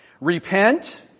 Repent